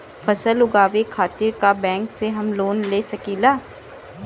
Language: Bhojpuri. फसल उगावे खतिर का बैंक से हम लोन ले सकीला?